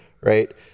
right